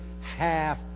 half